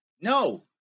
No